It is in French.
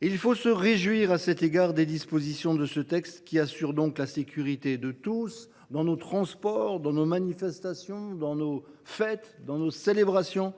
Il faut se réjouir à cet égard des dispositions de ce texte, qui assureront la sécurité de tous dans les transports, dans les manifestations, dans nos fêtes et nos célébrations,